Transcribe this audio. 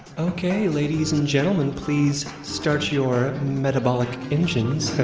ok. ladies and gentlemen, please start your metabolic engines